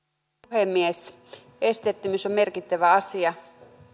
puhemies esteettömyys on merkittävä asia